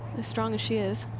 as strong as she is.